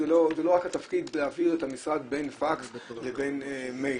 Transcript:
זה לא רק להפעיל את המשרד בין פקס לבין מייל,